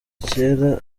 kera